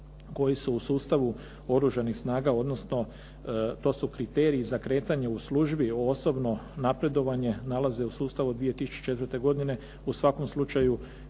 koji su u sustavu oružanih snaga odnosno to su kriteriji za kretanje u službi, osobno napredovanje nalaze u sustavu od 2004. godine. U svakom slučaju